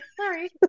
sorry